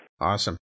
Awesome